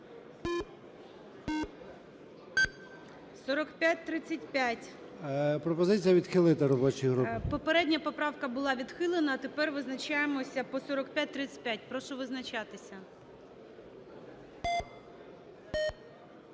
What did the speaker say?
О.М. Пропозиція відхилити робочої групи. ГОЛОВУЮЧИЙ. Попередня поправка була відхилена. А тепер визначаємося по 4535. Прошу визначатися.